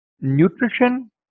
Nutrition